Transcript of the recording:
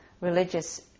religious